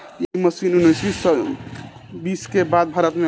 इ मशीन उन्नीस सौ बीस के बाद भारत में आईल